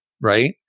right